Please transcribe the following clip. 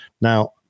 now